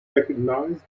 recognized